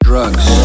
Drugs